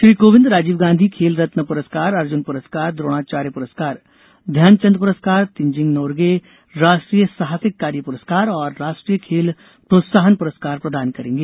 श्री कोविंद राजीव गांधी खेल रत्न पुरस्कार अर्जुन पुरस्कार द्रोणाचार्य पुरस्कार ध्यानचंद पुरस्कार तेनजिंग नोरगे राष्ट्रीय साहसिक कार्य पुरस्कार और राष्ट्रीय खेल प्रोत्साहन पुरस्कार प्रदान करेंगें